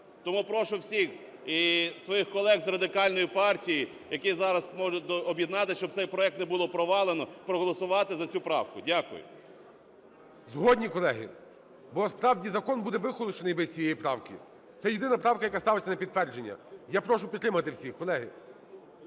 Тому прошу всіх і своїх колег, з Радикальної партії, які зараз можуть об'єднатися, щоб цей проект не було провалено, проголосувати за цю правку. Дякую. ГОЛОВУЮЧИЙ. Згодні, колеги? Бо справді закон буде вихолощений без цієї правки, це єдина правка, яка ставиться на підтвердження. Я прошу підтримати всіх, колеги.